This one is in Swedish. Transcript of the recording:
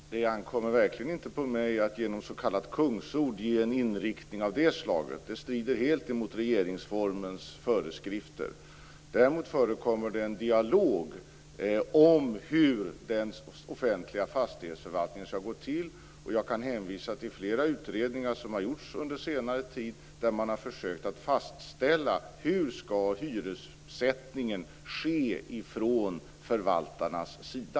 Fru talman! Det ankommer verkligen inte på mig att genom s.k. kungsord ge en inriktning av det slaget. Det strider helt mot regeringsformens föreskrifter. Däremot förekommer det en dialog om hur den offentliga fastighetsförvaltningen skall gå till. Jag kan hänvisa till flera utredningar som har gjorts under senare tid där man har försökt att fastställa hur hyressättningen skall ske från förvaltarnas sida.